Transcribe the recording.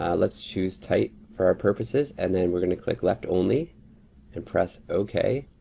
um let's choose tight for our purposes. and then we're gonna click left only and press okay.